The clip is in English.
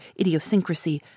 idiosyncrasy